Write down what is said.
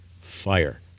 fire